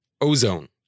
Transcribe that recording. Ozone